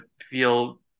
feel